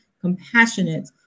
compassionate